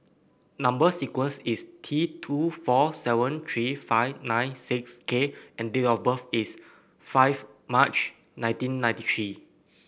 number sequence is T two four seven three five nine six K and date of birth is five March nineteen ninety three